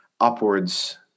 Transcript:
upwards